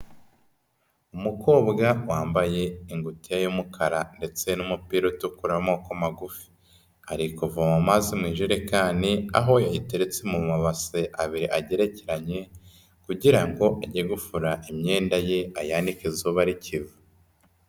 Umukobwa wambaye ingutiya y'umukara ndetse n'umupira utukura w'amaboko magufi, ari kuvoma amazi mu ijerekani aho yayiteretse mu mabase abiri agerekeranye kugira ngo ajye gufora imyenda ye ayanike izuba rikiva.